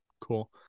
Cool